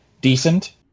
decent